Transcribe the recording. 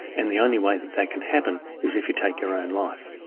and the only way that that can happen is if you take your own life.